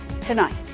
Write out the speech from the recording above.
tonight